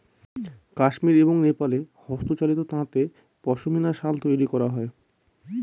কাশ্মির এবং নেপালে হস্তচালিত তাঁতে পশমিনা শাল তৈরী করা হয়